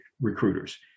recruiters